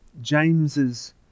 James's